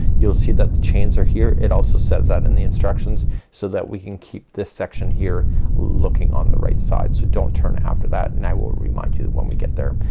you'll see that the chains are here. it also says that in the instructions so that we can keep this section here looking on the right side. so don't turn after that and i will remind you when we get there.